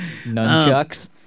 Nunchucks